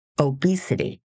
obesity